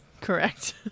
Correct